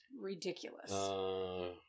Ridiculous